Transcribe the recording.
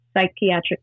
psychiatric